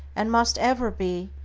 and must ever be,